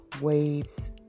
waves